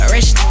Rich